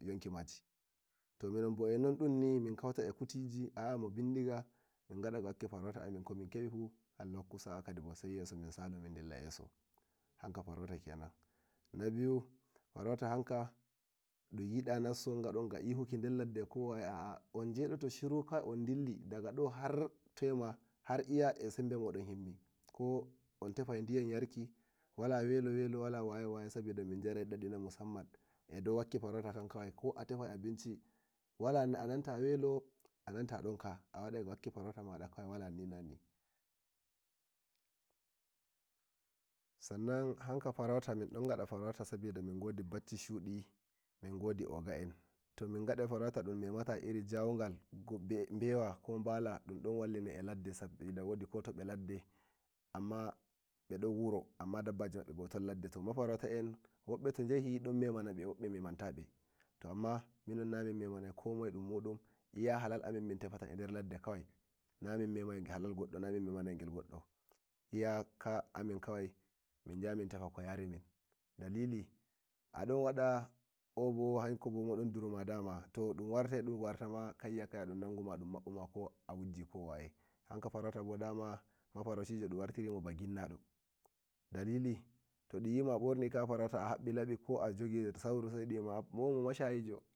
To minonbo e nonnuni kadibon minkautai e kutiji hanka farauta kenan nabiyu hanka farauta dun yida nasson derladde gadon ga ihoki aa zin jedoto shiru gadon ga dilluki daga do harto yema har iya eh sembe min mimmi koon tefai diyam yarki wala welo wala waye waye sabida min yarai dadi na musamman eh dau wakki farauta kan ko a tefai abinci wala welo wala donka a a wadai ga wakki farauta mada wala ni na ni sannan hanka farauta mindon gadaka mingodi bacci shudi min godi ogo en to min gadai farauta min memata jauga bewa eh bali sabida dun don wallina e ladde sabida wodi ko to be ladde bedun wure amma dabbaji mabbe to tun ladde to marauta en to yahi wobbe don memana be wobbe menta be amma minon na mindon memana komoye dun mudu iya halal amin kawai minon mintefata naming memai halal goddo naming memai halal goddo naming memai gel goddo iyaka amin kawai min yahai min tefa ko yarimin dalili a dun wada abo don buru ma daman to wun wartai un nanguma ko a wujji ko waye hanka farauta bo daman mafarauci jo bo dun wartiri mo ba ginnado dalili to dun yima eh wati kaya farauta eh habbi labi ko a jogi sauru.